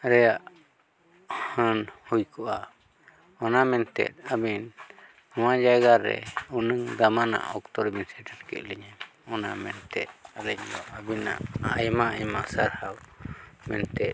ᱟᱞᱮᱭᱟᱜ ᱦᱟᱹᱱ ᱦᱩᱭ ᱠᱚᱜᱼᱟ ᱚᱱᱟ ᱢᱮᱱᱛᱮᱫ ᱟᱢᱮᱢ ᱱᱚᱣᱟ ᱡᱟᱭᱜᱟᱨᱮ ᱩᱱᱟᱹᱝ ᱫᱟᱢᱟᱱᱟᱜ ᱚᱠᱛᱚ ᱨᱮᱵᱮᱱ ᱥᱮᱴᱮᱨ ᱠᱮᱫᱞᱤᱧᱟᱹ ᱚᱱᱟ ᱢᱮᱱᱛᱮ ᱟᱹᱞᱤᱧ ᱫᱚ ᱟᱹᱵᱤᱱᱟᱜ ᱟᱭᱢᱟ ᱟᱭᱢᱟ ᱥᱟᱨᱦᱟᱣ ᱢᱮᱱᱛᱮ